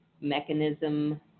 mechanism